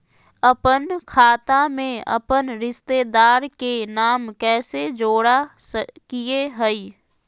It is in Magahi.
अपन खाता में अपन रिश्तेदार के नाम कैसे जोड़ा सकिए हई?